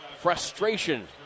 Frustration